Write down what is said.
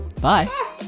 Bye